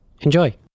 Enjoy